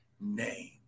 name